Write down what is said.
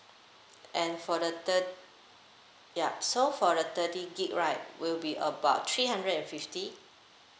and for the thir~ yup so for the thirty gig right will be about three hundred and fifty